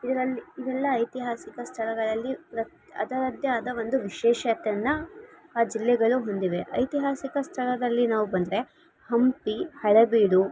ಇದರಲ್ಲಿ ಇವೆಲ್ಲ ಐತಿಹಾಸಿಕ ಸ್ಥಳಗಳಲ್ಲಿ ರ ಅದರದ್ದೇ ಆದ ಒಂದು ವಿಶೇಷತೆನ್ನ ಆ ಜಿಲ್ಲೆಗಳು ಹೊಂದಿವೆ ಐತಿಹಾಸಿಕ ಸ್ಥಳಗಳಲ್ಲಿ ನಾವು ಬಂದರೆ ಹಂಪಿ ಹಳೆಬೀಡು